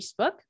Facebook